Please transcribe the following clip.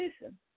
listen